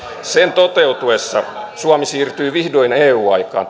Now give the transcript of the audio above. sen toteutuessa suomi siirtyy vihdoin taloudessaan eu aikaan